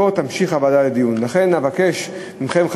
לכן אבקש מכם,